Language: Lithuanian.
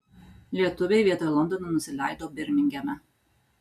lietuviai vietoj londono nusileido birmingeme